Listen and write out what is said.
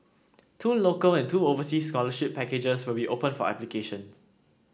two local and two overseas scholarship packages will be open for application